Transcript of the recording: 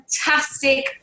fantastic